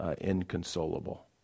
inconsolable